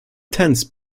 tense